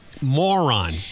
moron